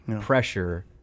pressure